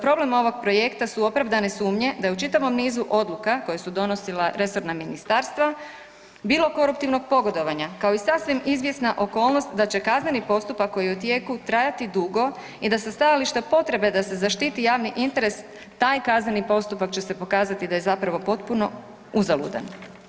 Problem ovog projekta su opravdane sumnje da je u čitavom nizu odluka koje su donosila resorna ministarstva bilo koruptivnog pogodovanja kao i sasvim izvjesna okolnost da će kazneni postupak koji je u tijeku trajati dugo i da se stajališta potrebe da se zaštiti javni interes taj kazneni postupak će se pokazati da je zapravo potpuno uzaludan.